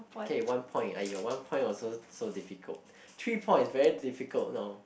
K one point !aiyo! one point also so difficult three points very difficult now